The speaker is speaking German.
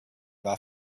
war